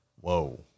Whoa